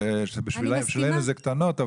בשבילנו זה קטנות,